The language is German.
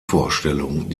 vorstellung